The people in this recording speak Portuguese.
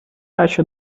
acha